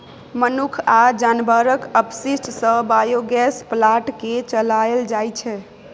मनुख आ जानबरक अपशिष्ट सँ बायोगैस प्लांट केँ चलाएल जाइ छै